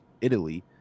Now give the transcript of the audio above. Italy